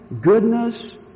goodness